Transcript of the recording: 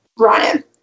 Ryan